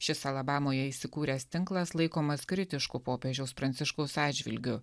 šis alabamoje įsikūręs tinklas laikomas kritišku popiežiaus pranciškaus atžvilgiu